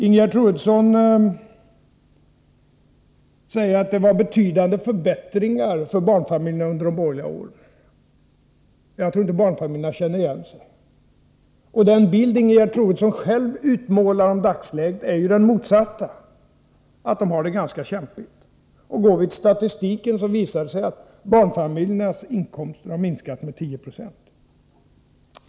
Ingegerd Troedsson säger att det skedde betydande förbättringar för barnfamiljerna under de borgerliga åren. Jag tror inte att barnfamiljerna känner igen sig. Den bild som Ingegerd Troedsson själv utmålar av dagsläget är ju den motsatta, att barnfamiljerna har det ganska kämpigt. Går vi till statistiken, ser vi att barnfamiljernas inkomster har minskat med 10 96.